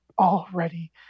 already